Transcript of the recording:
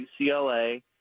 UCLA